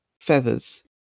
feathers